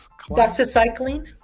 doxycycline